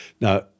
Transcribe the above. Now